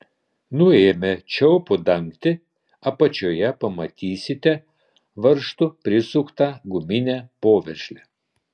nuėmę čiaupo dangtį apačioje pamatysite varžtu prisuktą guminę poveržlę